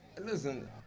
listen